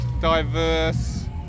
diverse